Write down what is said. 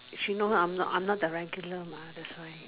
actually no lah I'm not I'm not the regular lah that's why